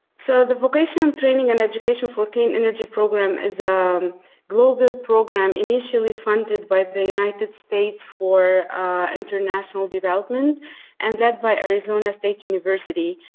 so the vocational training and education for clean energy program is a um global program initially funded by the united states for international development and then by arizona state university.